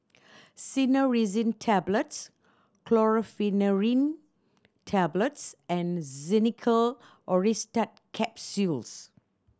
Cinnarizine Tablets Tablets and Xenical Orlistat Capsules